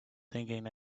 singing